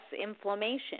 inflammation